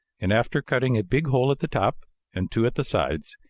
and after cutting a big hole at the top and two at the sides,